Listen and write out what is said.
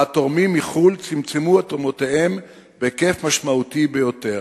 ובה תורמים מחוץ-לארץ צמצמו את תרומותיהם בהיקף משמעותי ביותר.